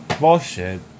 Bullshit